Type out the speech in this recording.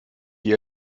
die